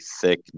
Thick